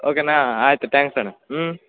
ಓ ಕೆನ ಆಯಿತು ತ್ಯಾಂಕ್ಸ್ ಅಣ್ಣ ಹ್ಞೂ